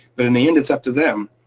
but in the end it's up to them.